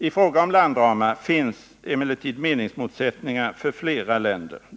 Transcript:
I fråga om landramarna finns emellertid meningsmotsättningar beträffande flera länder.